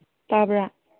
ꯇꯥꯕ꯭ꯔꯥ